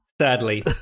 Sadly